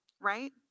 Right